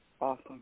Awesome